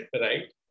right